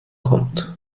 kommt